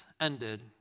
ended